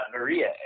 Maria